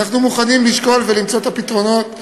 אנחנו מוכנים לשקול ולמצוא את הפתרונות.